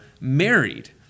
married